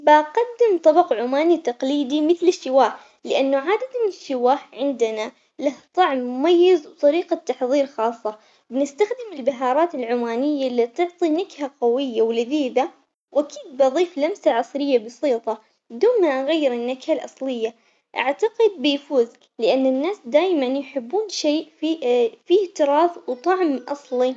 بقدم طبق عماني تقليدي مثل الشواه لأنه عادةً الشواه عندنا له طعم مميز وطريقة تحضير خاصة، بنستخدم البهارات العمانية اللي تعطي نكهة قوية ولذيذة وأكيد بظيف لمسة عصرية بسيطة بدون ما أغير النكهة الأصلية، أعتقد بيفوز لأن الناس دايماً يحبون شي فيه فيه تراث وطعم أصلي.